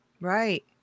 Right